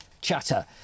chatter